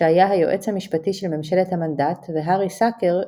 שהיה היועץ המשפטי של ממשלת המנדט והארי סאקר,